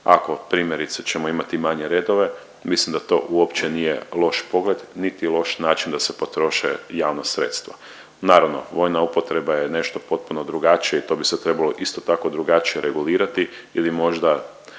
ako primjerice ćemo imati manje redove mislim da to uopće nije loš pogled niti loš način da se potroše javna sredstva. Naravno, vojna upotreba je nešto potpuno drugačije i to bi se trebalo isto tako drugačije regulirati ili možda